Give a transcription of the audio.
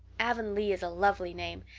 avonlea is a lovely name.